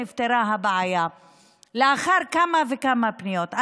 נפתרה הבעיה לאחר כמה וכמה פניות.